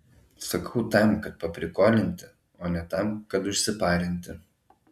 sakau tam kad paprikolinti o ne tam kad užsiparinti